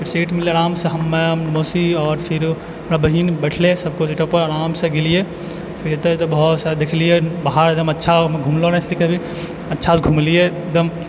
सीटपर फिर आरामसँ हमे मौसी आओर फिरो हमरा बहिन सब कोई बैठलै सब कोई ओहिठाम आरामसँ गेलियै फेर एतऽ बहुत सारा देखलियै बाहर एकदम अच्छा घुमलो नहि छी कभी अच्छासँ घुमलियै एकदम